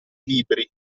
libri